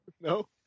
No